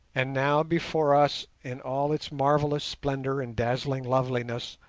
and now before us, in all its marvellous splendour and dazzling loveliness,